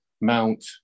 Mount